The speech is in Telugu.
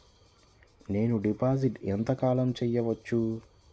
నేను డిపాజిట్ ఎంత కాలం చెయ్యవచ్చు?